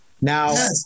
Now